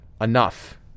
enough